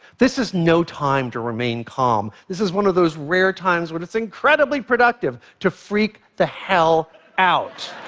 this is no time to remain calm. this is one of those rare times when it's incredibly productive to freak the hell out